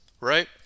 right